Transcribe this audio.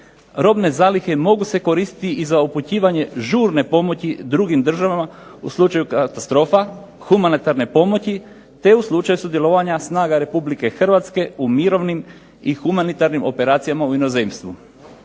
Robne zalihe mogu se koristiti i za upućivanje žurne pomoći drugim državama u slučaju katastrofa, humanitarne pomoći, te u slučaju sudjelovanja snaga Republike Hrvatske u mirovnim i humanitarnim operacijama u inozemstvu.